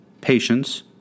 patience